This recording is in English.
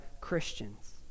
Christians